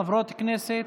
חברות כנסת,